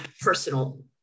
personal